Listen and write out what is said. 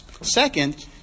Second